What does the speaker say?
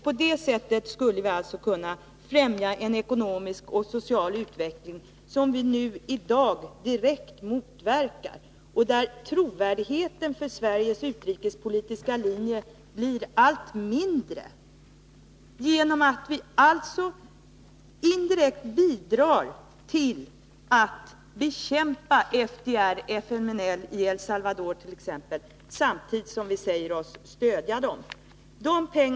På det sättet skulle vi alltså kunna främja en ekonomisk och social utveckling som vi i dag direkt motverkar. Trovärdigheten för Sveriges utrikespolitiska linje blir allt mindre genom att vi indirekt bidrar till att bekämpa t.ex. FDR och FMNL i El Salvador samtidigt som vi säger oss stödja dessa rörelser.